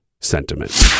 sentiment